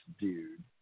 dude